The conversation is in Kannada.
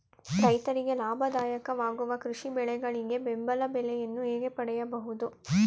ರೈತರಿಗೆ ಲಾಭದಾಯಕ ವಾಗುವ ಕೃಷಿ ಬೆಳೆಗಳಿಗೆ ಬೆಂಬಲ ಬೆಲೆಯನ್ನು ಹೇಗೆ ಪಡೆಯಬಹುದು?